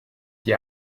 dit